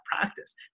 practice